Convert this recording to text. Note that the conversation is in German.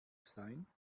sein